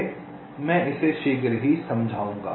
अब मैं इसे शीघ्र ही समझाऊंगा